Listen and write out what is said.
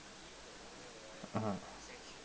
mmhmm